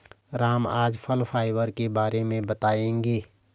राम आज फल फाइबर के बारे में बताएँगे